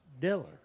Diller